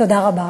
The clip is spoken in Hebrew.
תודה רבה.